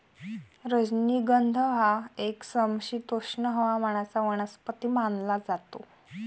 राजनिगंध हा एक समशीतोष्ण हवामानाचा वनस्पती मानला जातो